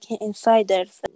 insiders